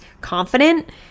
confident